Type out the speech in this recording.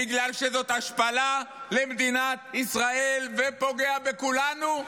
בגלל שזאת השפלה למדינת ישראל, ופוגע בכולנו,